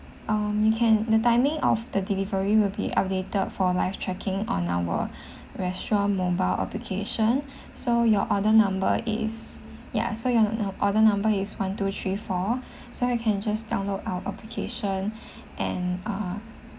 um you can the timing of the delivery will be updated for live tracking on our restaurant mobile application so your order number is ya so your order number is one two three four so you can just download our application and uh